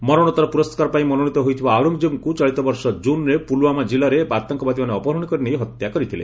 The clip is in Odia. ମରଣୋତ୍ତର ପୁରସ୍କାର ପାଇଁ ମନୋନୀତ ହୋଇଥିବା ଆଉରଙ୍ଗଜେବଙ୍କୁ ଚଳିତବର୍ଷ କୁନ୍ରେ ପୁଲ୍ୱାମା ଜିଲ୍ଲାରେ ଆତଙ୍କବାଦୀମାନେ ଅପହରଣ କରି ନେଇ ହତ୍ୟା କରିଥିଲେ